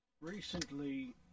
Recently